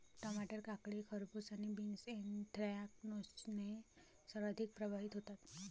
टमाटर, काकडी, खरबूज आणि बीन्स ऍन्थ्रॅकनोजने सर्वाधिक प्रभावित होतात